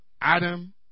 Adam